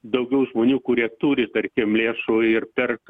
daugiau žmonių kurie turi tarkim lėšų ir perka